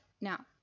Now